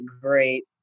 great